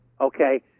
Okay